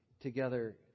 together